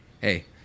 Hey